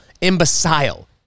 Imbecile